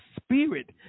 spirit